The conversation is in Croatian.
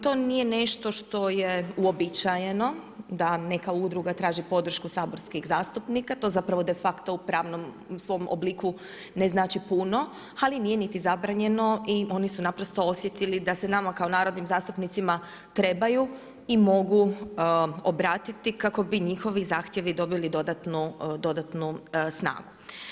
To nije nešto što je uobičajeno da neka udruga traži podršku saborskih zastupnika, to zapravo de facto u pravnom svom obliku ne znači puno ali nije niti zabranjeno i oni su naprosto osjetili da se nama kao narodnim zastupnicima trebaju i mogu obratiti kako bi njihovi zahtjevi dobili dodatnu snagu.